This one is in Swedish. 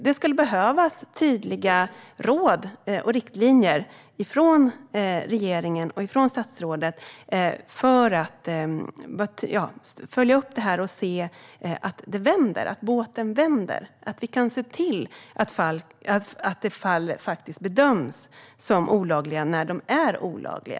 Det skulle behövas tydliga råd och riktlinjer från regeringen och statsrådet och en uppföljning för att se att båten vänder, att fall faktiskt bedöms som olagliga när de är olagliga.